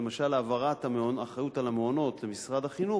למשל העברת האחריות על המעונות למשרד החינוך,